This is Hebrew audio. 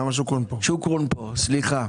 נועה שוקרון פה, סליחה.